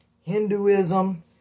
Hinduism